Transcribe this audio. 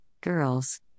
Girls